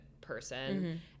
person